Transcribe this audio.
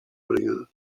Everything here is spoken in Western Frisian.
bringen